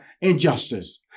injustice